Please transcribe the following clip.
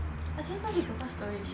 but sometimes need to pass storage